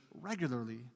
regularly